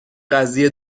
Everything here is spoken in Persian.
قضیه